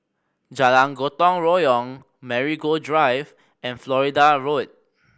Jalan Gotong Royong Marigold Drive and Florida Road